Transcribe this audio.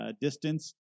distance